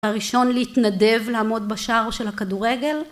הראשון להתנדב לעמוד בשער של הכדורגל